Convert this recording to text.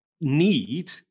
need